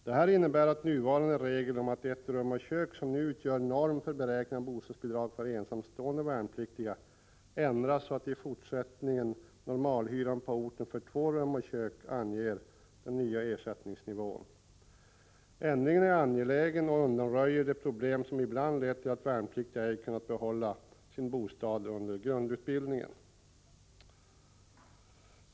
Detta innebär att nuvarande regel om att ett rum och kök som norm för beräkning av bostadsbidrag för ensamstående värnpliktig ändras, så att i fortsättningen normalhyran på orten för två rum och kök anger den nya ersättningsnivån. Ändringen är angelägen och undanröjer de problem som ibland lett till att värnpliktiga ej kunnat behålla sin bostad under grundutbildningen.